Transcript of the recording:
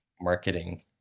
marketing